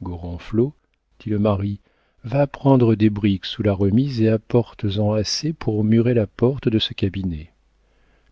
maçon gorenflot dit le mari va prendre des briques sous la remise et apportes en assez pour murer la porte de ce cabinet